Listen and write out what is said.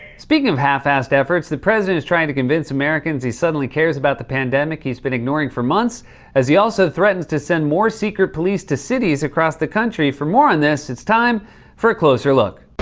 speaking of half-assed efforts, the president is trying to convince americans he suddenly cares about the pandemic he's been ignoring for months as he also threatens to send more secret police to cities across the country. for more on this, it's time for a closer look.